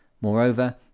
Moreover